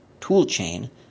toolchain